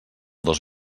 dos